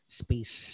space